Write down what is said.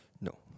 No